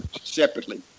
Separately